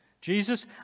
Jesus